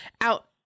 out